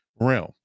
realm